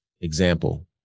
example